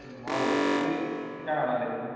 ଭଲ୍ ତୁଇ କାଣା ଦେଖିଲୁ